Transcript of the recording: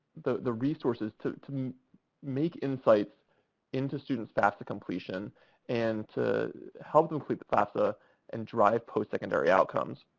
the the resources to to make insights into students' fafsa completion and to help complete the fafsa and drive postsecondary outcomes.